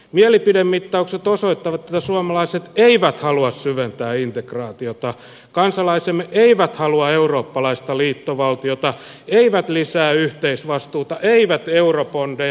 mielipidemittaukset osoittavat että suomalaiset eivät halua syventää integraatiota kansalaisemme eivät halua eurooppalaista liittovaltiota eivät lisää yhteisvastuuta eivät eurobondeja